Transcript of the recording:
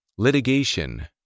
Litigation